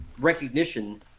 recognition